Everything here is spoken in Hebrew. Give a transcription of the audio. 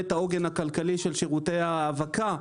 את העוגן הכלכלי של שירותי האבקה.